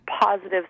positive